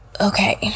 okay